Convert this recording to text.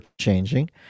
changing